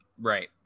Right